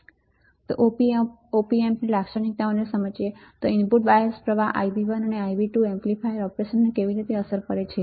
Op ampલાક્ષણિકતાઓને સમજવું input bias current Ib1 અને Ib2 એમ્પ્લીફાયર ઓપરેશનને કેવી રીતે અસર કરે છે